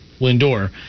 lindor